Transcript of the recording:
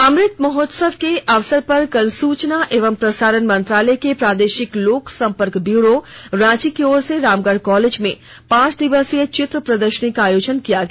अमृत महोत्सव के अवसर पर कल सुचना एवं प्रसारण मंत्रालय के प्रादेशिक लोक संपर्क ब्यूरो रांची की ओर से रामगढ़ कॉलेज में पांच दिवसीय चित्र प्रदर्शनी का आयोजन किया गया